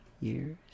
years